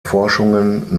forschungen